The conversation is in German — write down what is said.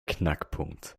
knackpunkt